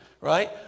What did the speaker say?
right